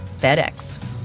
FedEx